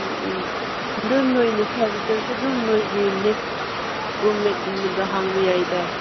ꯎꯝ ꯎꯝ ꯑꯗꯨ ꯅꯣꯏꯅ ꯊꯥꯖꯗ꯭ꯔꯁꯨ ꯑꯗꯨꯝ ꯅꯣꯏꯒꯤ ꯅꯦꯛꯁ ꯔꯨꯝꯃꯦꯠꯒꯨꯝꯕꯗ ꯍꯪꯕ ꯌꯥꯏꯗ